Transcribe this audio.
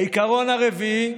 העיקרון הרביעי: